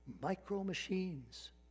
micro-machines